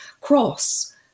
cross